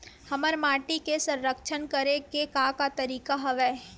हमर माटी के संरक्षण करेके का का तरीका हवय?